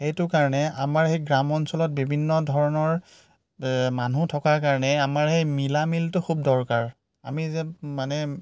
সেইটো কাৰণে আমাৰ সেই গ্ৰাম্যঞ্চলত বিভিন্ন ধৰণৰ মানুহ থকাৰ কাৰণে আমাৰ সেই মিলা মিলটো খুব দৰকাৰ আমি যে মানে